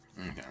Okay